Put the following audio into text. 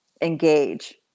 engage